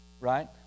Right